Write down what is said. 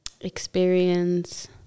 experience